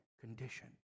condition